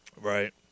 Right